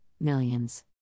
millions